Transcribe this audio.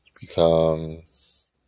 becomes